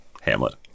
Hamlet